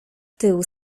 tył